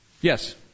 Yes